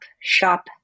shop